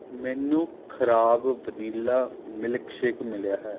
ਮੈਨੂੰ ਖਰਾਬ vanilla milkshake ਮਿਲਿਆ ਹੈ